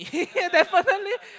definitely